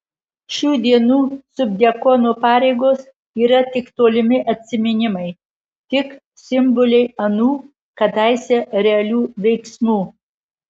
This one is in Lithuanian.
šių dienų subdiakono pareigos yra tik tolimi atsiminimai tik simboliai anų kadaise realių veiksmų